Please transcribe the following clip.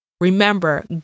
Remember